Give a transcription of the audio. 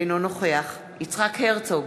אינו נוכח יצחק הרצוג,